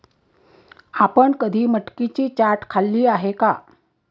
आपण कधी मटकीची चाट खाल्ली आहे का?